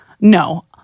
no